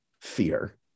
fear